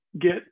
get